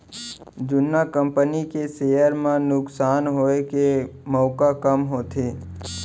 जुन्ना कंपनी के सेयर म नुकसान होए के मउका कम होथे